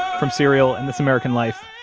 from serial and this american life,